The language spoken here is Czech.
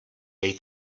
dej